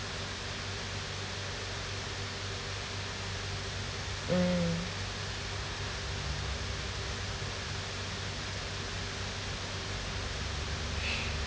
mm